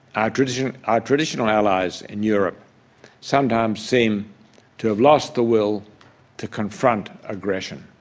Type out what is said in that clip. ah traditional ah traditional allies in europe sometimes seem to have lost the will to confront aggression,